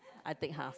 I take half